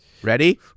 Ready